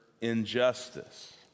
injustice